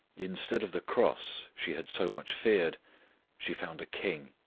instead of the cross she had so much feared she found a king,